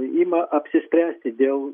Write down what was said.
ima apsispręsti dėl